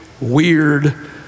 weird